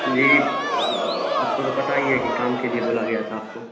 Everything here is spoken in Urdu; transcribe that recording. جی آپ کو تو پتہ ہی ہے کہ کام کے لیے بولا گیا تھا آپ کو